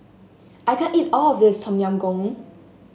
I can't eat all of this Tom Yam Goong